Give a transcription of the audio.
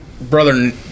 Brother